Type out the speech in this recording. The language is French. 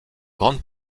grande